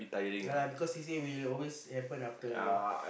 ya lah because C_C_A will always happen after